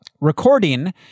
recording